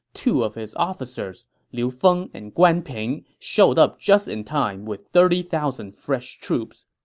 two of his officers, liu feng and guan ping, showed up just in time with thirty thousand fresh troops.